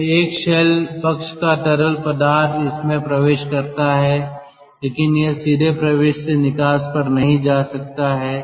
तो एक शेल पक्ष का तरल पदार्थ इसमें प्रवेश करता है लेकिन यह सीधे प्रवेश से निकास पर नहीं जा सकता है